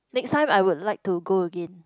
next time I would like to go again